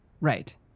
Right